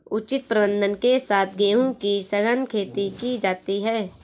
उचित प्रबंधन के साथ गेहूं की सघन खेती की जाती है